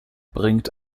bringt